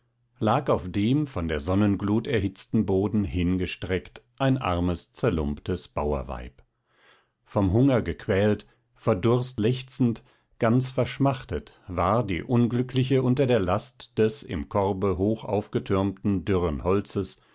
lag auf dem von der sonnenglut erhitzten boden hingestreckt ein armes zerlumptes bauerweib vom hunger gequält vor durst lechzend ganz verschmachtet war die unglückliche unter der last des im korbe hoch aufgetürmten dürren holzes